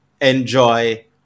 enjoy